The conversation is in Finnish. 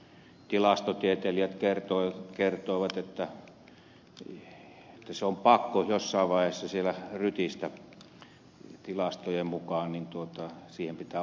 tilastotieteilijät kertoivat että on pakko jossain vaiheessa siellä rytistä tilastojen mukaan siihen pitää varautua